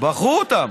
בחרו אותם.